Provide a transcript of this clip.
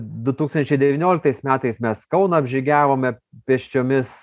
du tūkstančiai devynioliktais metais mes kauną apžygiavome pėsčiomis